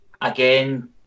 Again